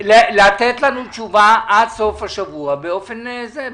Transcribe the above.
הסיפור של המשפחתונים והצהרונים,